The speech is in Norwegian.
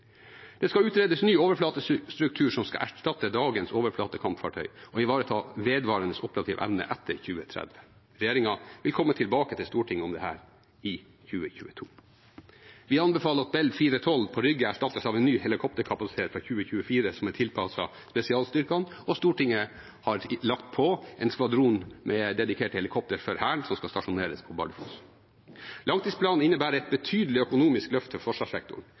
Det skal utredes ny overflatestruktur, som skal erstatte dagens overflatekampfartøy og ivareta vedvarende operativ evne etter 2030. Regjeringen vil komme tilbake til Stortinget om dette i 2022. Vi anbefaler at Bell 412 på Rygge erstattes av en ny helikopterkapasitet fra 2024 som er tilpasset spesialstyrkene, og Stortinget har lagt på en skvadron med dedikert helikopter for Hæren som skal stasjoneres på Bardufoss. Langtidsplanen innebærer et betydelig økonomisk løft for forsvarssektoren.